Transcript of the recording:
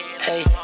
Hey